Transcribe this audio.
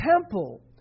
temple